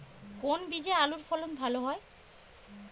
কোন বীজে আলুর ফলন ভালো হয়?